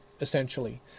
essentially